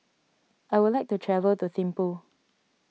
I would like to travel to Thimphu